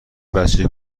بچه